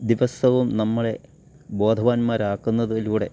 ദിവസവും നമ്മളെ ബോധവാന്മാരാക്കുന്നതിലൂടെ